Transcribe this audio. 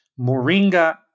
Moringa